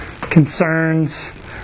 concerns